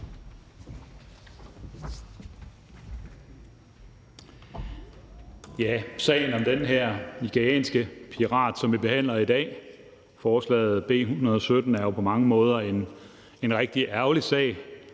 Sagen om den her nigerianske pirat, som vi behandler i dag i forbindelse med B 117, er jo på mange måder en rigtig ærgerlig sag